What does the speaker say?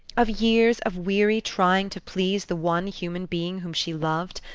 of years of weary trying to please the one human being whom she loved,